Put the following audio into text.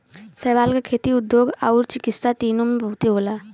शैवाल क खेती, उद्योग आउर चिकित्सा तीनों में बहुते होला